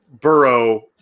burrow